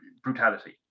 brutality